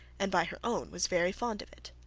and by her own was very fond of it.